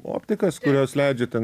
optikas kurios leidžia ten